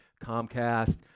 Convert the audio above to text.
Comcast